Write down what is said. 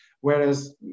whereas